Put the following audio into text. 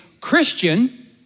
Christian